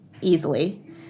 easily